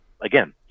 again